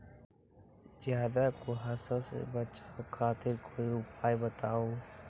ज्यादा कुहासा से बचाव खातिर कोई उपाय बताऊ?